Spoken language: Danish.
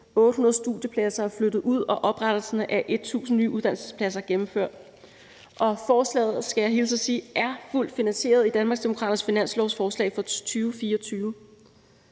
800 studiepladser er flyttet ud, og når oprettelsen af 1.000 nye uddannelsespladser er gennemført, og forslaget er – det skal jeg hilse og sige – fuldt finansieret i Danmarksdemokraternes finanslovsforslag fra 2024.